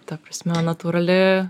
ta prasme natūrali